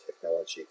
technology